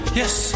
yes